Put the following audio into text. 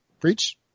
Preach